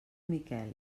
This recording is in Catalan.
miquel